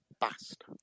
Bast